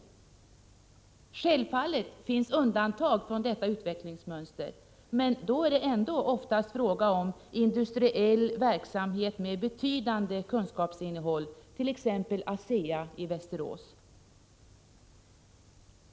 Självfallet finns undantag från detta utvecklingsmönster, men då är det ändå oftast fråga om industriell verksamhet med betydande kunskapsinnehåll, t.ex. ASEA i Västerås.